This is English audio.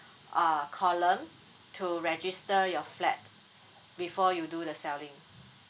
uh column to register your flat before you do the selling